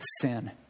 sin